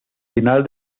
final